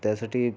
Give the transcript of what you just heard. तर त्यासाठी